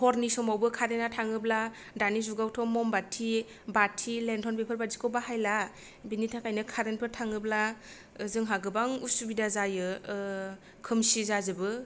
हरनि समावबो कारेन्टआ थाङोब्ला दानि जुगावथ' म'मबाथि बाथि लेनटार्न बेफोर बायदिखौ बाहायला बिनि थाखायनो कारेन्टफोर थाङोब्ला जोंहा गोबां उसुबिदा जायो खोमसि जाजोबो